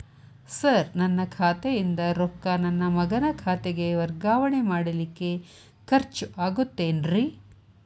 Sir ನನ್ನ ಖಾತೆಯಿಂದ ರೊಕ್ಕ ನನ್ನ ಮಗನ ಖಾತೆಗೆ ವರ್ಗಾವಣೆ ಮಾಡಲಿಕ್ಕೆ ಖರ್ಚ್ ಆಗುತ್ತೇನ್ರಿ?